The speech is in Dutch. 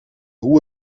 hoe